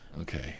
okay